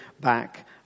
back